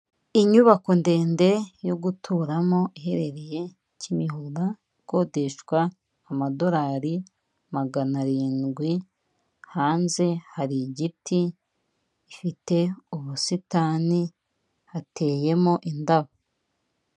Inyubako ndende yo guturamo iherereye Cyimihurura ikodeshwa amadolari magana arindwi, hanze hari igiti ifite ubusitani hateyemo indabo.